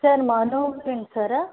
sir Manoharan Sarah